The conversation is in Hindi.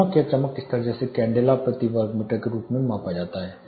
चमक या चमक स्तर जिसे कैंडेला प्रति मीटर वर्ग के रूप में मापा जाता है